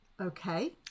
Okay